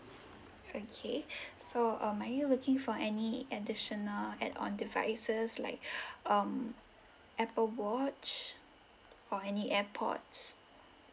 okay so um are you looking for any additional add on devices like um apple watch or any airpods